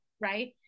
right